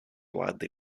widely